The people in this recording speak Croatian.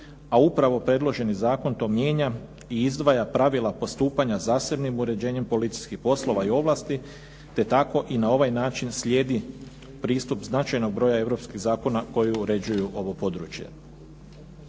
a upravo predloženi zakon to mijenja i izdvaja pravila postupanja zasebnim uređenjem policijskih poslova i ovlasti te tako i na ovaj način slijedi pristup značajnog broja europskih zakona koji uređuju ovo područje.